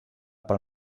pel